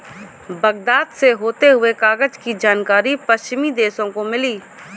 Baghdad से होते हुए कागज की जानकारी पश्चिमी देशों को मिली